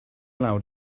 lawr